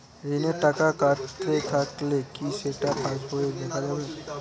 ঋণের টাকা কাটতে থাকলে কি সেটা পাসবইতে দেখা যাবে?